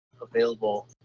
available